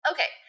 Okay